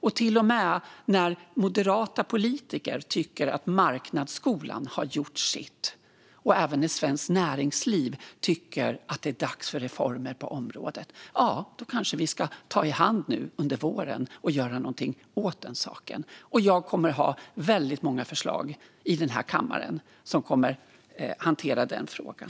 När till och med moderata politiker tycker att marknadsskolan har gjort sitt och när även Svenskt Näringsliv tycker att det är dags för reformer på området kanske vi ska ta i hand nu under våren och göra någonting åt saken. Jag kommer att ha väldigt många förslag i den här kammaren för att hantera den frågan.